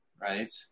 Right